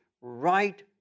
right